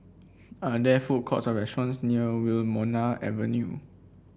are there food courts or restaurants near Wilmonar Avenue